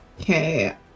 Okay